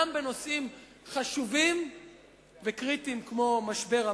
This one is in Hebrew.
גם בנושאים חשובים וקריטיים כמו משבר המים.